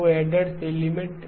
2 address element